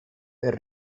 per